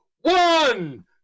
One